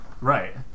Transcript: right